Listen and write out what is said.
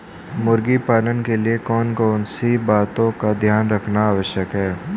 मुर्गी पालन के लिए कौन कौन सी बातों का ध्यान रखना आवश्यक है?